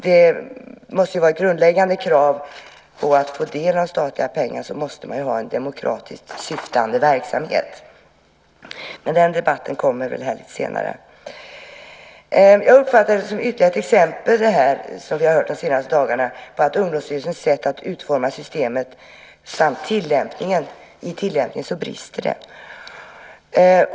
Det måste vara ett grundläggande krav att man, för att få del av statliga pengar, måste ha en demokratiskt syftande verksamhet. Men den debatten kommer senare. Jag uppfattar det som vi har hört de senaste dagarna som ytterligare ett exempel på att det brister i Ungdomsstyrelsens sätt att utforma systemet och tillämpa det.